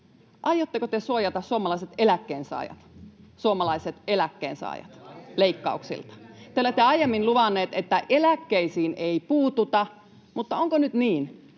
eläkkeensaajat, suomalaiset eläkkeensaajat, leikkauksilta? Te olette aiemmin luvannut, että eläkkeisiin ei puututa, mutta onko nyt niin,